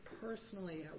personally